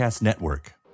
Network